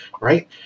right